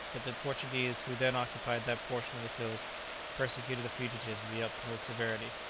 but the portuguese who then occupied that portion of the coast persecuted the fugitives with the utmost severity,